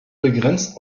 begrenzt